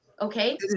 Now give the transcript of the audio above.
Okay